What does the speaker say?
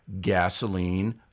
gasoline